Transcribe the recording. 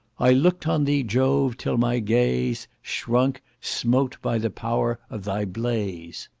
i looked on thee, jove! till my gaze shrunk, smote by the pow'r of thy blaze.